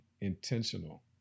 intentional